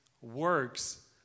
works